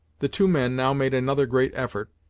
the two men now made another great effort,